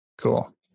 Cool